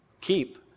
keep